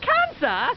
Cancer